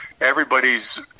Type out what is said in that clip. everybody's